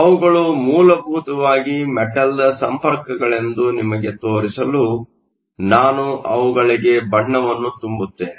ಅವುಗಳು ಮೂಲಭೂತವಾಗಿ ಮೆಟಲ್ನ ಸಂಪರ್ಕಗಳೆಂದು ನಿಮಗೆ ತೋರಿಸಲು ನಾನು ಅವುಗಳಿಗೆ ಬಣ್ಣವನ್ನು ತುಂಬುತ್ತೇನೆ